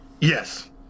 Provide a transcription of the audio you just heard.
Yes